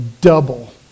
double